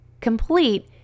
complete